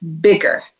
bigger